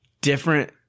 different